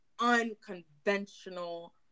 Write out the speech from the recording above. unconventional